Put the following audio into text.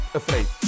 afraid